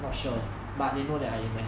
not sure but they know that I invest